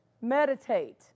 Meditate